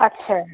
अच्छा